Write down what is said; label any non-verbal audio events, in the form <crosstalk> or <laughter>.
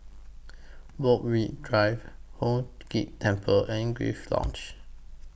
Borthwick Drive <unintelligible> Ghee Temple and Grace Lodge